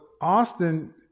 Austin